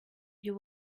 you